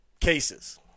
cases